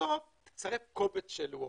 ובסוף נאמר לך לצרף קובץ של וורד.